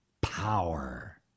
power